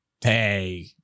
hey